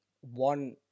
one